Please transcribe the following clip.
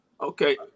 Okay